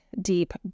deep